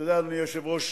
אדוני היושב-ראש,